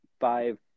five